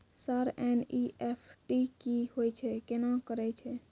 Sir NEFT की होय छै, केना करे छै?